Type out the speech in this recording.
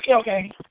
Okay